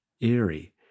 eerie